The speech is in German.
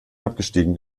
abgestiegen